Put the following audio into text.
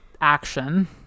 action